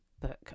book